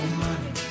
money